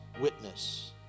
witness